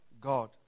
God